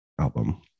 album